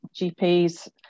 GPs